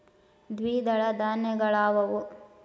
ದ್ವಿದಳ ಧಾನ್ಯಗಳಾವುವು?